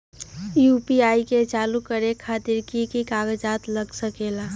UPI के चालु करे खातीर कि की कागज़ात लग सकेला?